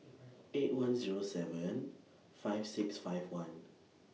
eight one Zero seven five six five one